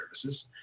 services